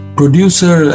producer